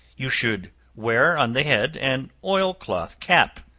you should wear on the head an oil-cloth cap.